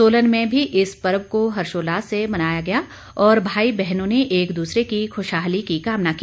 सोलन में भी इस पर्व को हर्षोल्लास से मनाया गया और भाई बहनों ने एक दूसरे की खुशहाली की कामना की